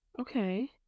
Okay